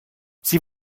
sie